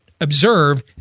observe